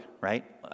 right